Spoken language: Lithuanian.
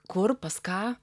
kur pas ką